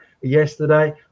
yesterday